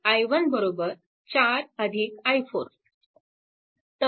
node 3 पाशी देखील i1 4 i4